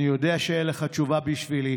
אני יודע שאין לך תשובה בשבילי,